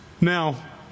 Now